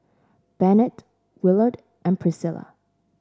Bennett Willard and Priscila